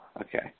Okay